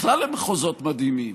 בכלל למחוזות מדהימים: